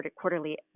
quarterly